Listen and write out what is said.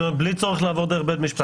זאת אומרת, בלי צורך לעבור דרך בית משפט.